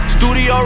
Studio